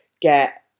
get